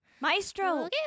Maestro